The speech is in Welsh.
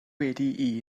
wedi